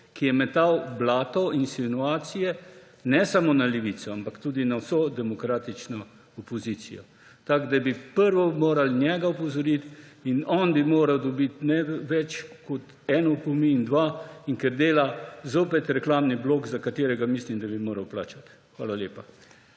ki je metal blato, insinuacije ne samo na Levico, ampak tudi na vso demokratično opozicijo. Prvo bi morali njega opozoriti in on bi moral dobiti ne več kot en opomin, dva, ker dela zopet reklamni blok, za katerega mislim, da bi moral plačati. Hvala lepa.